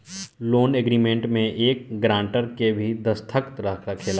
loan agreement में एक grantor के भी दस्तख़त रहेला